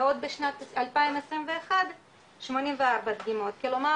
בעוד 2021 84 דגימות, כלומר